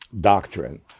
doctrine